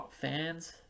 fans